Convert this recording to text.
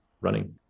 running